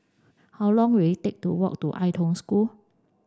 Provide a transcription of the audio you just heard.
how long will it take to walk to Ai Tong School